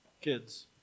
kids